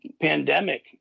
pandemic